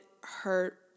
hurt